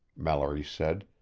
mallory said,